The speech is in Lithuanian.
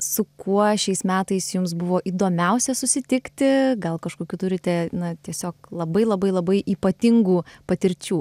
su kuo šiais metais jums buvo įdomiausia susitikti gal kažkokių turite na tiesiog labai labai labai ypatingų patirčių